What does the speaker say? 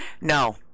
No